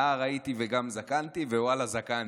נער הייתי וגם זקנתי, ואללה זקנתי.